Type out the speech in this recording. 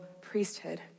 priesthood